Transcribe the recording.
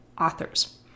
AUTHORS